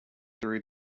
through